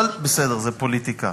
אבל בסדר, זה פוליטיקה.